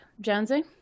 Jonesy